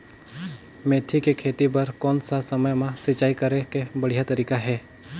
मेथी के खेती बार कोन सा समय मां सिंचाई करे के बढ़िया तारीक हे?